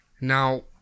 Now